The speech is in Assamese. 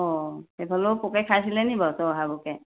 অঁ সেইফালেও পোকে খাইছিলে নি বাৰু চৰহা পোকে